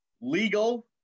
legal